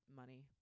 money